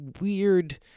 weird